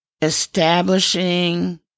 establishing